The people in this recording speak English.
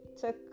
took